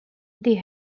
they